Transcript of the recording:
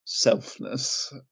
selfness